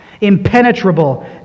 impenetrable